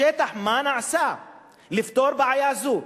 בשטח מה נעשה לפתור בעיה זו?